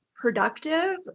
Productive